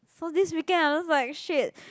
so this weekend I'm just like shit